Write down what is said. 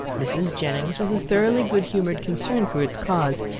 mrs. jennings, with a thoroughly good-humoured concern for its cause,